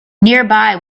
nearby